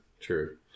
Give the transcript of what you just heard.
True